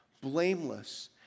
blameless